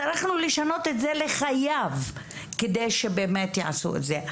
צריכים לשנות את האמור ל"חייב" כדי שבאמת יעשו את זה.